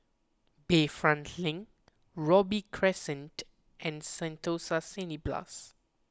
Bayfront Link Robey Crescent and Sentosa Cineblast